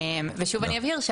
שוב אני אבהיר,